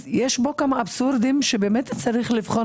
אז יש פה כמה אבסורדים שבאמת צריך לבחון